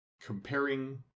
Comparing